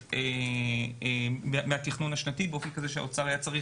חריגות מהתכנון השנתי באופן כזה שהאוצר היה צריך